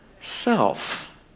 self